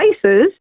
places